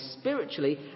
spiritually